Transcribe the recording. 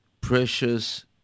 precious